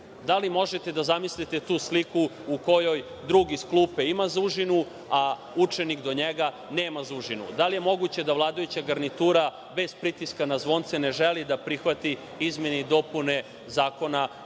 Da li možete da zamislite tu sliku u kojoj drug iz klupe ima za užinu, a učenik do njega nema za užinu? Da li je moguće da vladajuća garnitura bez pritiska na zvonce ne želi da prihvati izmene i dopune Zakona